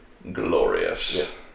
Glorious